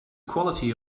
quality